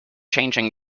changing